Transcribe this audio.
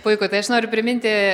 puiku tai aš noriu priminti